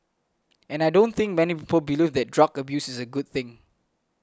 and I don't think many people believe that drug abuse is a good thing